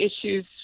issues